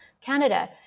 Canada